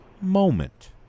moment